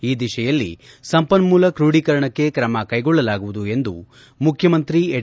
ಈ ದಿಶೆಯಲ್ಲಿ ಸಂಪನ್ನೂಲ ಕ್ರೋಢೀಕರಣಕ್ಕೆ ಕ್ರಮ ಕೈಗೊಳ್ಳಲಾಗುವುದು ಎಂದು ಮುಖ್ಯಮಂತ್ರಿ ಎಚ್